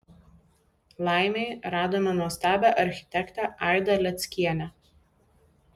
laimei radome nuostabią architektę aidą leckienę